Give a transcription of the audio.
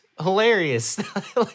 hilarious